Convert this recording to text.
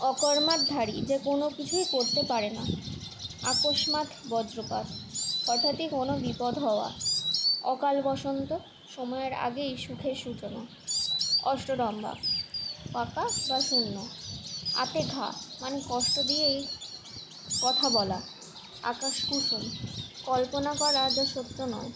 অকর্মার ধাড়ি যে কোনো কিছুই করতে পারে না আকস্মাৎ বজ্রপাত হঠাৎই কোনো বিপদ হওয়া অকাল বসন্ত সময়ের আগেই সুখের সূচনা অষ্টরম্ভা ফাঁকা বা শূন্য আঁতে ঘা মানে কষ্ট দিয়ে এই কথা বলা আকাশ কুসুম কল্পনা করা যা সত্য নয়